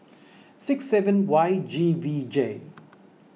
six seven Y G V J